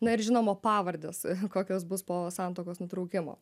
na ir žinoma pavardės kokios bus po santuokos nutraukimo